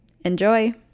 enjoy